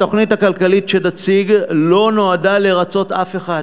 התוכנית הכלכלית שנציג לא נועדה לרצות אף אחד